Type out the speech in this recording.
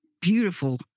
beautiful